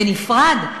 בנפרד,